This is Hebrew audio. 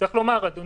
צריך לומר, אדוני,